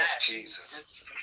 Jesus